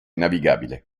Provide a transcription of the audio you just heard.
navigabile